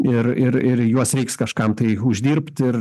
ir ir ir juos reiks kažkam tai uždirbt ir